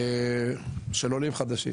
של עולים חדשים,